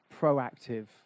proactive